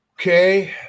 Okay